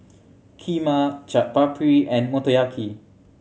Kheema Chaat Papri and Motoyaki